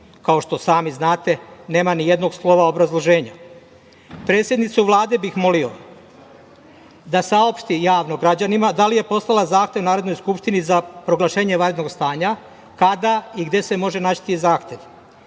kao što sami znate, nema ni jednog slova obrazloženja? Predsednicu Vlade bih molio da saopšti javno građanima da li je poslala zahtev Narodnoj skupštini za proglašenje vanrednog stanja, kada i gde se može naći taj zahtev. Drugo